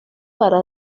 para